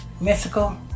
mystical